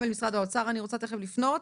גם אל משרד האוצר אני רוצה תיכף לפנות.